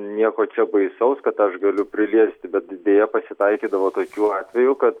nieko čia baisaus kad aš galiu priliesti bet deja pasitaikydavo tokių atvejų kad